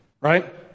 right